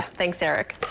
thanks eric.